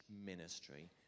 ministry